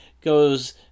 goes